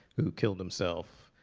who killed himself